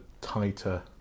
tighter